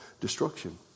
destruction